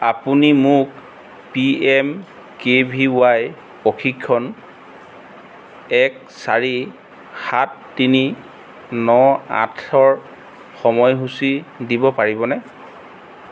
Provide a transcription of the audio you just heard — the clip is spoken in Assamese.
আপুনি মোক P M K V Y প্ৰশিক্ষণ এক চাৰি সাত তিনি ন আঠৰ সময়সূচী দিব পাৰিবনে